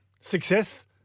Success